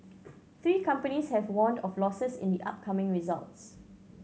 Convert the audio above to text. three companies have warned of losses in the upcoming results